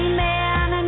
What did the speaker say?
man